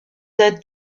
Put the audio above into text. date